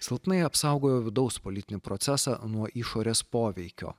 silpnai apsaugojo vidaus politinį procesą nuo išorės poveikio